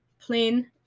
plain